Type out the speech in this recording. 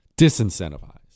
disincentivize